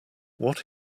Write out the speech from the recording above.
what